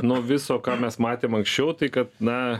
nuo viso ką mes matėm anksčiau tai kad na